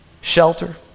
shelter